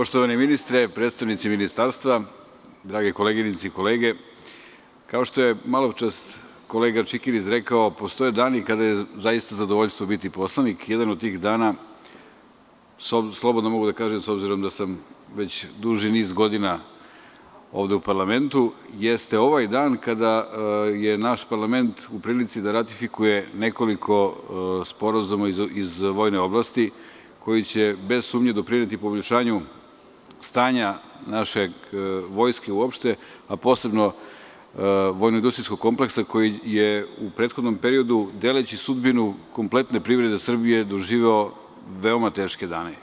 Poštovani ministre, predstavnici ministarstva, drage koleginice i kolege, kao što je maločas kolega Čikiriz rekao postoje dani kada je zaista zadovoljstvo biti poslanik, jedan od tih dana, slobodno mogu da kažem, s obzirom da sam već duži niz godina ovde u parlamentu, jeste ovaj dan kada je naš parlament u prilici da ratifikuje nekoliko sporazuma iz vojne oblasti koji će bez sumnje doprineti poboljšanju stanja naše vojske uopšte, a posebno vojno-industrijskog kompleksa koji je u prethodnom periodu deleći sudbinu kompletne privrede Srbije doživeo veoma teške dane.